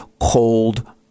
cold